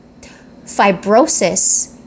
fibrosis